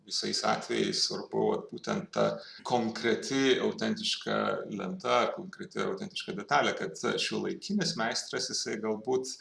visais atvejais svarbu būtent ta konkreti autentiška lenta konkreti autentiška detalė kad šiuolaikinis meistras jisai galbūt